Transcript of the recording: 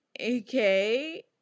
okay